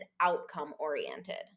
outcome-oriented